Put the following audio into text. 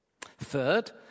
Third